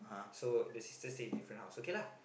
so the sister stay different house so okay lah